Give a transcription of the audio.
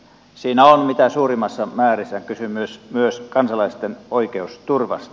siinä on mitä suurimmassa määrin kysymys myös kansalaisten oikeusturvasta